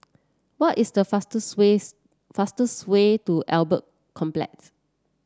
what is the fastest ways fastest way to Albert Complex